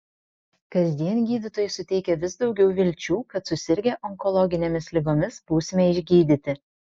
kasdien gydytojai suteikia vis daugiau vilčių kad susirgę onkologinėmis ligomis būsime išgydyti